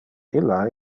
illa